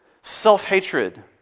Self-hatred